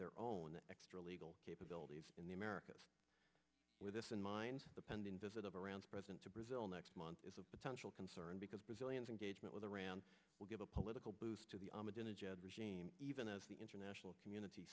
their own extra legal capabilities in the americas with this in mind the pending visit of iran's president to brazil next month is a potential concern because brazilians engagement with iran will give a political boost to the regime even as the international community